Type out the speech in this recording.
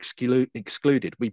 excluded